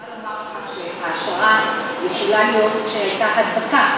אבל אני יכולה לומר לך שההשערה יכולה להיות שהייתה הדבקה.